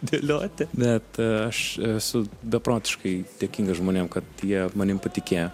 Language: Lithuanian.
dėlioti net aš esu beprotiškai dėkingas žmonėm kad jie manim patikėjo